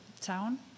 town